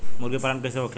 मुर्गी पालन कैसे होखेला?